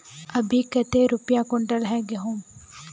अभी कते रुपया कुंटल है गहुम?